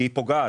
היא פוגעת.